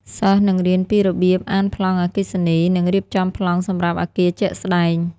សិស្សនឹងរៀនពីរបៀបអានប្លង់អគ្គិសនី និងរៀបចំប្លង់សម្រាប់អគារជាក់ស្តែង។